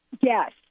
Yes